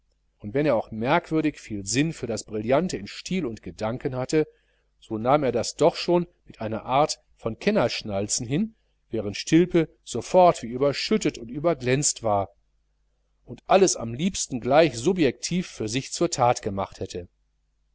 und wenn er auch merkwürdig viel sinn für das brillante in stil und gedanken hatte so nahm er das doch schon mit einer art von kennerschnalzen hin während stilpe sofort wie überschüttet und überglänzt war und alles am liebsten gleich subjektiv für sich zur that gemacht hätte